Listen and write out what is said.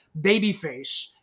babyface